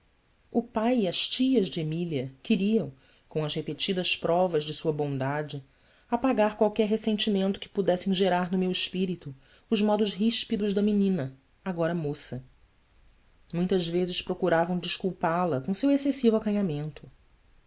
o pai e as tias de emília queriam com as repetidas provas de sua bondade apagar qualquer ressentimento que pudessem gerar no meu espírito os modos ríspidos da menina agora moça muitas vezes procuravam desculpá la com seu excessivo acanhamento